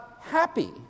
happy